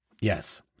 Yes